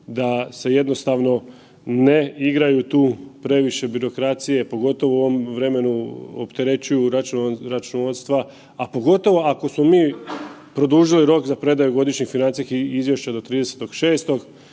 da se jednostavno ne igraju tu previše birokracije, pogotovo u ovom vremenu opterećuju računovodstva, a pogotovo ako smo mi produžili rok za predaju godišnjih financijskih izvješća do 30.6.